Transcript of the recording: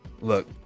look